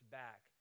back